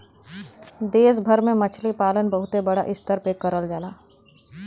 देश भर में मछरी पालन बहुते बड़ा स्तर पे करल जाला